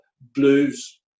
blues